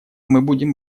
будем